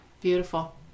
Beautiful